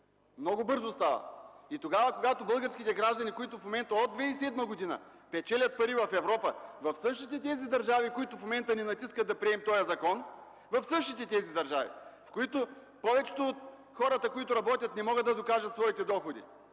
Много бързо стават. Когато българските граждани, които от 2007 г. печелят пари в Европа, в същите тези държави, които в момента ни натискат да приемем този закон, в същите тези държави, в които повечето от хората, които работят, не могат да докажат своите доходи!